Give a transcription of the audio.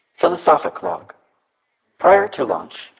philosophic log prior to launch,